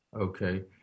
Okay